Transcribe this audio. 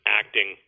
acting